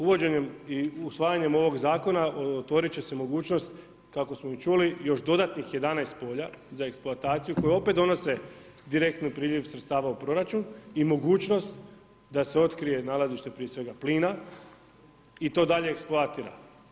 Uvođenjem i usvajanjem ovog zakona, otvoriti će se mogućnost kako smo i čuli, još dodatnih 11 polja za eksploataciju koje opet donose direktni i priljev sredstava u proračun i mogućnost da se otkrije nalazište prije svega plina i to dalje eksploatira.